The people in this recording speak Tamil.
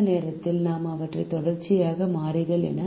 இந்த நேரத்தில் நாம் அவற்றை தொடர்ச்சியான மாறிகள் என